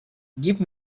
give